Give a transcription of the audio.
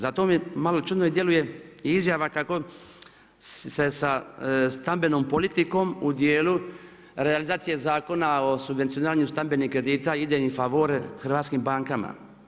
Zato mi malo čudno i djeluje i izjava kako se sa stambenog politikom u djelu realizacije Zakona o subvencioniranju stambenih kredita ide in favorem hrvatskim bankama.